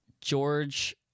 George